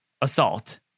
assault